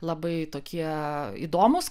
labai tokie įdomūs